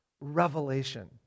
revelation